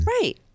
Right